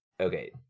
okay